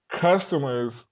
customers